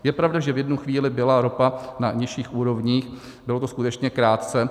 Je pravda, že v jednu chvíli byla ropa na nižších úrovních, bylo to skutečně krátce.